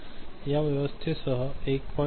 या व्यवस्थेसह ते 1